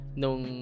nung